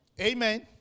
Amen